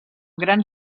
gran